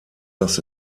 das